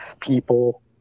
people